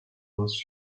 was